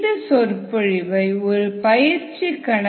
இந்த சொற்பொழிவை ஒரு பயிற்சி கணக்கு 4